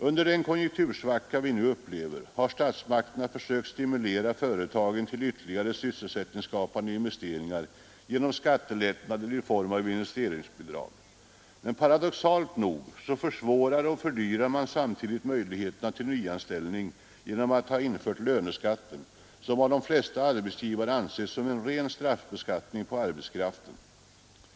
Under den konjunktursvacka som vi nu upplever har statsmakterna försökt stimulera företagen till ytterligare sysselsättningsskapande investeringar genom skattelättnader i form av investeringsbidrag. Men paradoxalt nog försvårar och fördyrar man samtidigt möjligheterna till nyanställning genom att införa löneskatten, som av de flesta arbetsgivare anses som en ren straffbeskattning på arbetskraften.